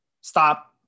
stop